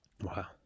wow